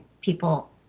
people